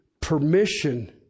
permission